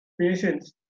patients